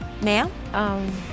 Ma'am